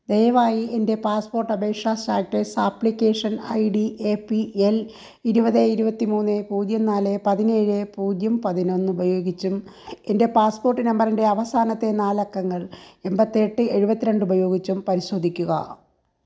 ദയവായി എൻ്റെ പാസ്പോർട്ടപേക്ഷാ status application I D A P L ഇരുപത് ഇരുപത്തിമൂന്ന് പൂജ്യം നാല് പതിനേഴ് പൂജ്യം പതിനൊന്ന് ഉപയോഗിച്ചും എൻ്റെ പാസ്പോർട്ട് നമ്പറിൻ്റെ അവസാനത്തെ നാലക്കങ്ങൾ എണ്പത്തിയെട്ട് എഴുപത്തിരണ്ട് ഉപയോഗിച്ചും പരിശോധിക്കുക